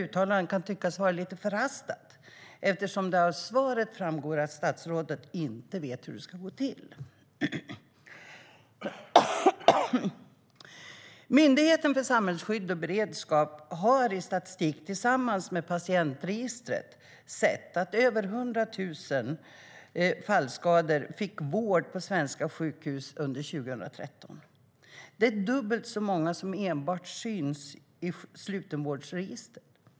Uttalandet kan tyckas vara lite förhastat eftersom det av svaret framgår att statsrådet inte vet hur det ska gå till. Myndigheten för samhällsskydd och beredskap har utifrån statistik, som tagits fram tillsammans med patientregistret, sett att över 100 000 med fallskada fick vård på svenska sjukhus 2013. Det är dubbelt så många som syns enbart i slutenvårdsregistret.